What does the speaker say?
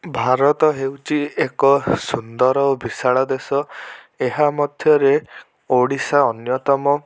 ଭାରତ ହେଉଛି ଏକ ସୁନ୍ଦର ଓ ବିଶାଳ ଦେଶ ଏହା ମଧ୍ୟରେ ଓଡ଼ିଶା ଅନ୍ୟତମ